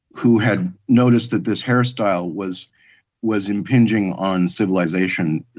who had noticed that this hairstyle was was impinging on civilization